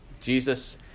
Jesus